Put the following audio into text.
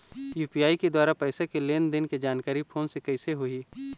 UPI के द्वारा पैसा के लेन देन के जानकारी फोन से कइसे होही?